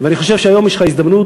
ואני חושב שהיום יש לך הזדמנות,